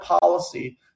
policy